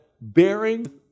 bearing